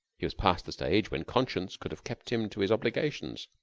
he was past the stage when conscience could have kept him to his obligations.